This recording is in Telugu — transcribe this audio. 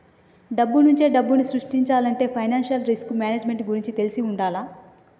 డబ్బునుంచే డబ్బుని సృష్టించాలంటే ఫైనాన్షియల్ రిస్క్ మేనేజ్మెంట్ గురించి తెలిసి వుండాల